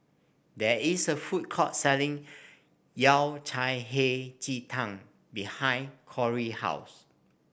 there is a food court selling Yao Cai Hei Ji Tang behind Kori house